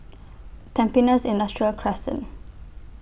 Tampines Industrial Crescent